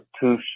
two